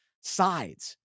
sides